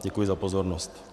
Děkuji za pozornost.